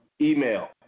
email